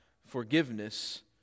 forgiveness